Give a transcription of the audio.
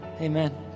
Amen